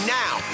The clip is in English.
now